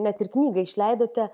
net ir knygą išleidote